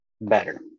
better